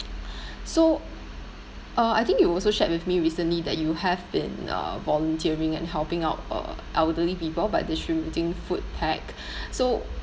so uh I think you also shared with me recently that you have been uh volunteering and helping out uh elderly people by distributing food pack so